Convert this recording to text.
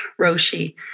Roshi